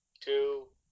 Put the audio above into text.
two